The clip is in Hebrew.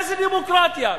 איזה דמוקרטיה?